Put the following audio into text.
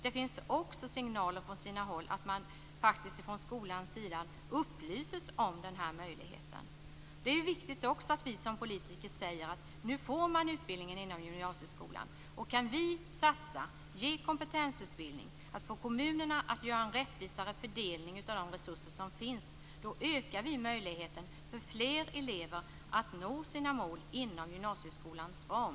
Det finns också signaler från sina håll att man faktiskt från skolans sida upplyser om den möjligheten. Det är viktigt att vi som politiker säger att man får utbildningen inom gymnasieskolan. Kan vi satsa, ge kompetensutbildning, få kommunerna att göra en rättvisare fördelning av de resurser som finns ökar vi möjligheten för fler elever att nå sina mål inom gymnasieskolans ram.